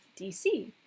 DC